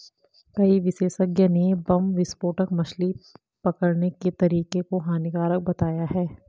कई विशेषज्ञ ने बम विस्फोटक मछली पकड़ने के तरीके को हानिकारक बताया है